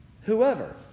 Whoever